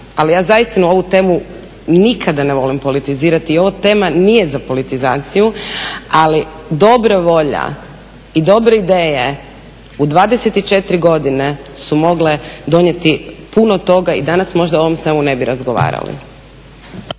ali ja zaistinu ovu temu nikada ne volim politizirati i ova tema nije za politizaciju. Ali dobra volja i dobre ideje u 24 godine su mogle donijeti puno toga i danas možda o ovom svemu ne bi razgovarali.